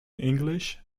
english